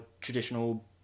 traditional